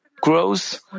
grows